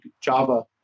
Java